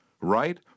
Right